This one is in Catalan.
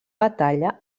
batalla